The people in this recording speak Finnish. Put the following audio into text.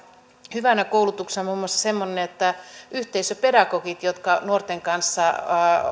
hyvänä koulutuksena muun muassa semmoisen että yhteisöpedagogit jotka nuorten kanssa